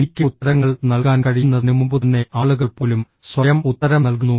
എനിക്ക് ഉത്തരങ്ങൾ നൽകാൻ കഴിയുന്നതിനുമുമ്പുതന്നെ ആളുകൾ പോലും സ്വയം ഉത്തരം നൽകുന്നു